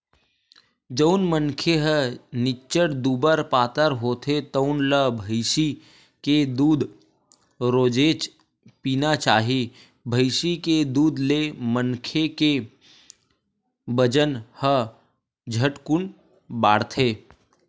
जउन मनखे ह निच्चट दुबर पातर होथे तउन ल भइसी के दूद रोजेच पीना चाही, भइसी के दूद ले मनखे के बजन ह झटकुन बाड़थे